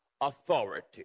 authority